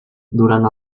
durant